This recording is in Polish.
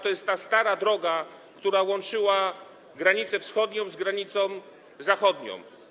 To jest ta stara droga, która łączyła granicę wschodnią z granicą zachodnią.